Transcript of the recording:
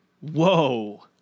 Whoa